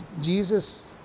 Jesus